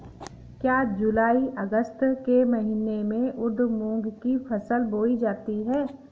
क्या जूलाई अगस्त के महीने में उर्द मूंग की फसल बोई जाती है?